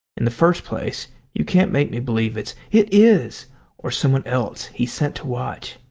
in the first place you can't make me believe it's it is or someone else he's sent to watch.